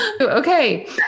Okay